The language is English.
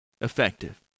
effective